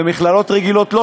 ומכללות רגילות לא